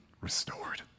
Restored